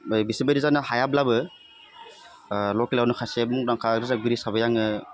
बाय बिसोरबायदि जानो हायाब्लाबो लकेलावनो खासे मुंदांखा रोजाबगिरि साबै आङो